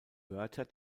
wörter